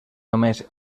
només